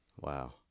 Wow